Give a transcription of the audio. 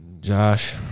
Josh